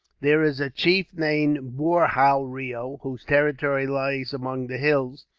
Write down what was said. there is a chief named boorhau reo, whose territory lies among the hills,